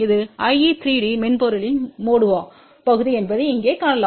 இது IE3D மென்பொருளின் மோடியா பகுதி என்பதை இங்கே காணலாம்